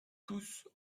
tous